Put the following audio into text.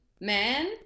man